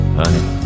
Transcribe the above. honey